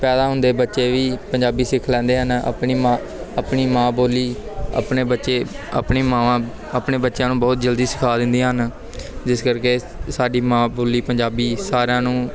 ਪੈਦਾ ਹੁੰਦੇ ਬੱਚੇ ਵੀ ਪੰਜਾਬੀ ਸਿੱਖ ਲੈਂਦੇ ਹਨ ਆਪਣੀ ਮਾਂ ਆਪਣੀ ਮਾਂ ਬੋਲੀ ਆਪਣੇ ਬੱਚੇ ਆਪਣੀ ਮਾਵਾਂ ਆਪਣੇ ਬੱਚਿਆਂ ਨੂੰ ਬਹੁਤ ਜਲਦੀ ਸਿਖਾ ਦਿੰਦੀਆਂ ਹਨ ਜਿਸ ਕਰਕੇ ਸਾਡੀ ਮਾਂ ਬੋਲੀ ਪੰਜਾਬੀ ਸਾਰਿਆਂ ਨੂੰ